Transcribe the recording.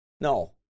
No